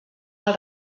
els